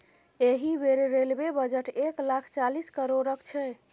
एहि बेर railway budget एक लाख चालीस करोड़क छै